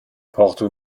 porto